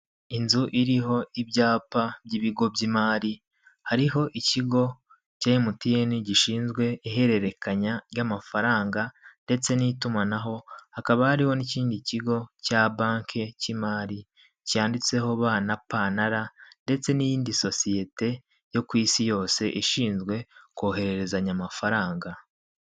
Inzu iriho ibyapa by'ibigo by'imari, hariho ikigo cya MTN gishinzwe ihererekanya ry'amafaranga ndetse n'itumanaho, hakaba hariho n'ikindi kigo cya banki cy'imari cyanditseho ba na pa na ra ndetse n'iyindi sosiyete yo ku isi yose ishinzwe kohererezanya amafaranga.